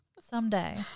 Someday